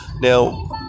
Now